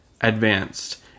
advanced